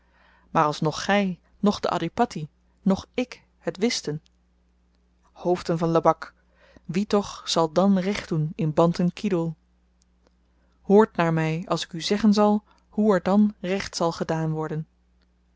maar als noch gy noch de adhipatti noch ik het wisten hoofden van lebak wie toch zal dan recht doen in bantan kidoel hoort naar my als ik u zeggen zal hoe er dan recht zal gedaan worden